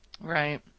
right